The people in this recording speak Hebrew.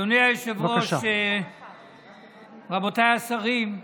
אדוני היושב-ראש, רבותיי השרים,